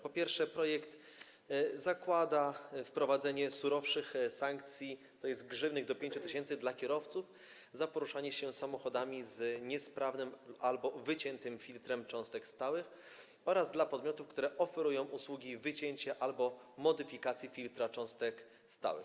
Po pierwsze, projekt zakłada wprowadzenie surowszych sankcji, tj. grzywny do 5 tys. zł dla kierowców za poruszanie się samochodami z niesprawnym albo wyciętym filtrem cząstek stałych oraz dla podmiotów, które oferują usługi wycięcia albo modyfikacji filtra cząstek stałych.